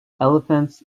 elephants